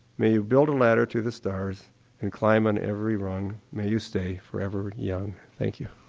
may you build a ladder to the stars and climb on every rung. may you stay forever young. thank you.